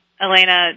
Elena